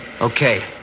Okay